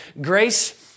grace